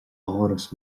áras